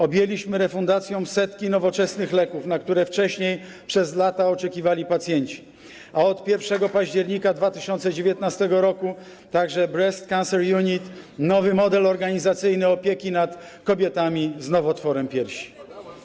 Objęliśmy refundacją setki nowoczesnych leków, na które wcześniej, przez lata oczekiwali pacjenci, a od 1 października 2019 r. także breast cancer unit - nowy model organizacyjny opieki nad kobietami z nowotworem piersi.